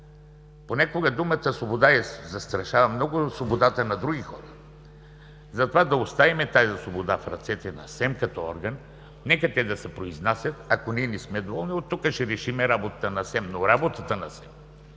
Понякога думата „свобода“ застрашава свободата на други хора, затова да оставим тази свобода в ръцете на СЕМ, като орган. Нека те да се произнасят, ако ние не сме доволни, оттук ще решим работата на СЕМ, но работата на СЕМ,